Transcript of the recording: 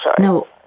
No